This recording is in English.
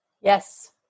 Yes